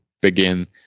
begin